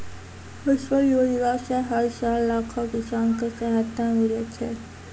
फसल योजना सॅ हर साल लाखों किसान कॅ सहायता मिलै छै